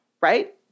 right